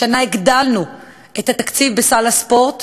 השנה הגדלנו את התקציב בסל הספורט